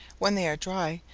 when they are dry,